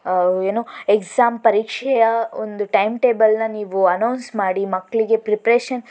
ಏನು ಎಕ್ಸಾಮ್ ಪರೀಕ್ಷೆಯ ಒಂದು ಟೈಮ್ ಟೇಬಲ್ನ ನೀವು ಅನೌನ್ಸ್ ಮಾಡಿ ಮಕ್ಕಳಿಗೆ ಪ್ರೀಪ್ರೇಷನ್